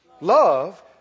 love